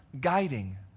guiding